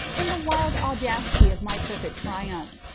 in the wild audacity of my perfect triumph,